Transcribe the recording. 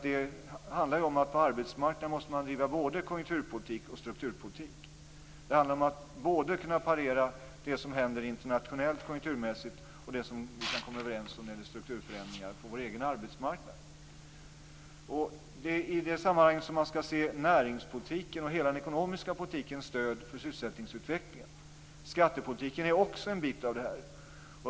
Det handlar om att på arbetsmarknaden måste man bedriva både konjunkturpolitik och strukturpolitik. Det handlar om att både kunna parera det som händer internationellt konjunkturmässigt och det vi kan komma överens om när det gäller strukturförändringar på vår egen arbetsmarknad. Det är i det sammanhanget man skall se näringspolitiken och hela den ekonomiska politikens stöd för sysselsättningsutvecklingen. Skattepolitiken är också en bit av det här.